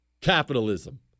Capitalism